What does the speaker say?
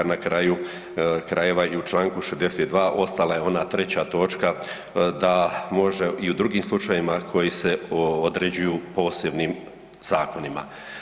Na kraju krajeva i u Članku 62. ostala je ona treća točka da može i u drugim slučajevima koji se određuju posebnim zakonima.